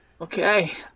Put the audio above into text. okay